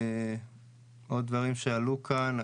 עוד דברים שעלו כאן.